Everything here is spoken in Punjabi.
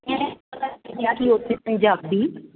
ਉੱਥੇ ਪੰਜਾਬੀ